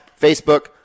Facebook